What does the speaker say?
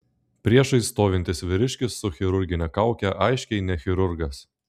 priešais stovintis vyriškis su chirurgine kauke aiškiai ne chirurgas